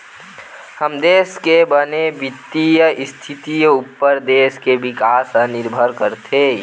हमर देस के बने बित्तीय इस्थिति उप्पर देस के बिकास ह निरभर करथे